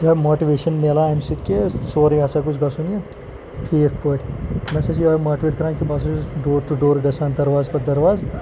یا ماٹِویشَن مِلان اَمہِ سۭتۍ کہِ سورُے ہَسا گوٚژھ گژھُن یہِ ٹھیٖک پٲٹھۍ مےٚ ہَسا چھِ یِہٕے ماٹویٹ کَران بہٕ ہَسا چھُس ڈور ٹُوٚ ڈور گژھان دَرواز پٮ۪ٹھ دَرواز